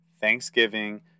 Thanksgiving